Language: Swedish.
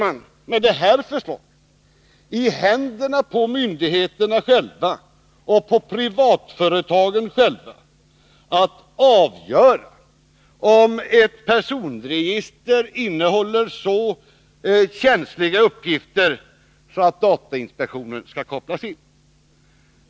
Med det nu föreliggande förslaget lägger man i händerna på myndigheterna själva och på privatföretagen själva att avgöra om ett personregister innehåller så känsliga uppgifter att datainspektionen skall kopplas in.